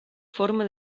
forma